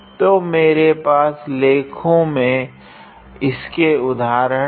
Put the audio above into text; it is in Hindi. तो मेरे पास लेखों में इसके उदाहरण है